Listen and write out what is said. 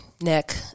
Nick